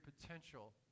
potential